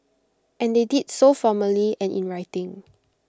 and they did so formally and in writing